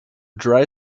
dry